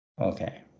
Okay